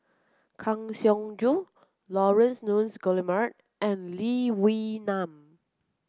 Kang Siong Joo Laurence Nunns Guillemard and Lee Wee Nam